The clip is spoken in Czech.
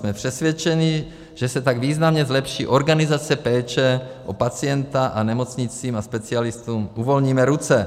Jsme přesvědčeni, že se tak významně zlepší organizace péče o pacienta a nemocnicím a specialistům uvolníme ruce.